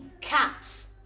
cats